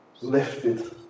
lifted